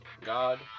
God